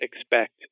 expect